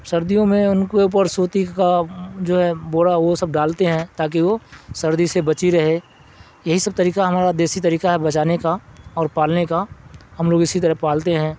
سردیوں میں ان کے اوپر سوتی کا جو ہے بوورا وہ سب ڈالتے ہیں تاکہ وہ سردی سے بچی رہے یہی سب طریقہ ہمارا دیسی طریقہ ہے بچانے کا اور پالنے کا ہم لوگ اسی طرح پالتے ہیں